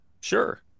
Sure